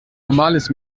normales